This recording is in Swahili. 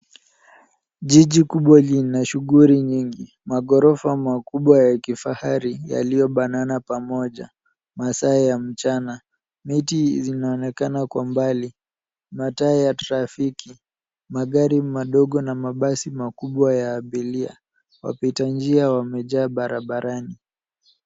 Jiji kubwa lina shughuli nyingi, maghorofa makubwa ya kifahari yaliyobanana pamoja masaa ya mchana. Miti zinaonekana kwa mbali. Mataa ya trafiki, magari madogo na mabasi makubwa ya abiria. Wapita njia wamejaa barabarani.